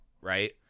right